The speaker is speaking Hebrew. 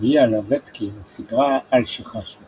צביה לובטקין סיפרה על שחשו